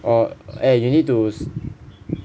oh eh you need to s~